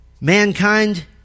Mankind